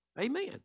Amen